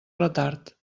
retard